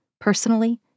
personally